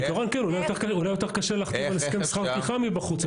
אולי יותר קשה להחתים על הסכם שכר טרחה מבחוץ,